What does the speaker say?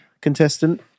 contestant